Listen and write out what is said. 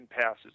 passes